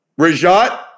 Rajat